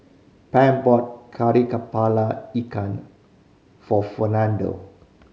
Pam bought Kari Kepala Ikan for Fernando